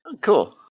cool